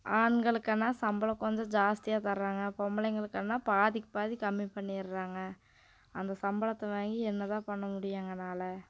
ஆண்களுக்கன்னால் சம்பளம் கொஞ்சம் ஜாஸ்தியாக தராங்க பொம்பளங்களுக்கன்னால் பாதிக்கு பாதி கம்மி பண்ணிடுறாங்க அந்த சம்பளத்தை வாங்கி என்னதான் பண்ண முடியும் எங்களால்